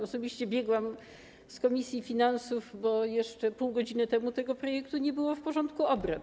Osobiście biegłam z komisji finansów, bo jeszcze pół godziny temu tego projektu nie było w porządku obrad.